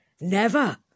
Never